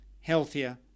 healthier